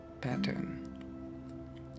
pattern